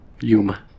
Yuma